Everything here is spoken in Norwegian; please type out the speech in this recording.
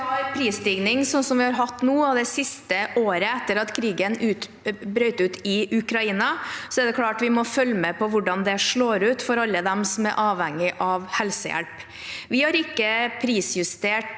vi har en prisstigning som vi har hatt nå, det siste året etter at krigen brøt ut i Ukraina, er det klart at vi må følge med på hvordan det slår ut for alle dem som er avhengig av helsehjelp. Vi har ikke prisjustert